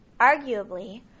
Arguably